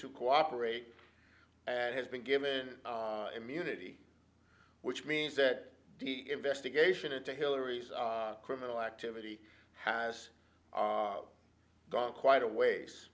to cooperate and has been given immunity which means that the investigation into hillary's criminal activity has gone quite a ways